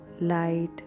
light